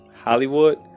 Hollywood